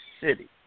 City